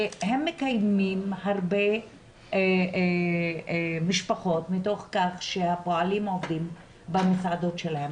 והם מקיימים הרבה משפחות מתוך כך שהפועלים עובדים במסעדות שלהם.